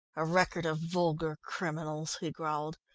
a record of vulgar criminals, he growled.